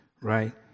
right